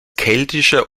keltischer